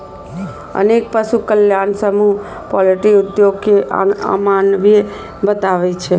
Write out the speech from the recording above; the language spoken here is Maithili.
अनेक पशु कल्याण समूह पॉल्ट्री उद्योग कें अमानवीय बताबै छै